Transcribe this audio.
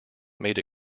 made